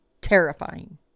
terrifying